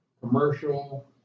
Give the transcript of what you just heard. commercial